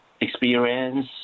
experience